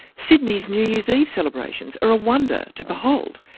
sydney's new year's eve celebrations are a wonder to behold.